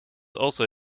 also